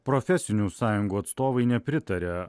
profesinių sąjungų atstovai nepritaria